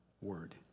word